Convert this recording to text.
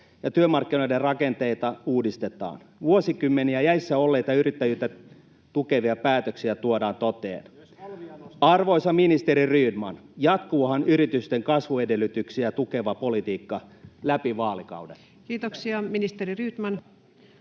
ja työmarkkinoiden rakenteita uudistetaan. Vuosikymmeniä jäissä olleita yrittäjyyttä tukevia päätöksiä tuodaan toteen. [Keskustan ryhmästä: Myös alvia nostetaan!] Arvoisa ministeri Rydman, jatkuuhan yritysten kasvuedellytyksiä tukeva politiikka läpi vaalikauden? [Speech 48]